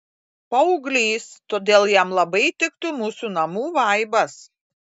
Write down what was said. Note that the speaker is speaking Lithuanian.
paauglys todėl jam labai tiktų mūsų namų vaibas